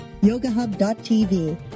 yogahub.tv